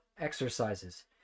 exercises